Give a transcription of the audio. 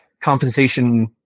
compensation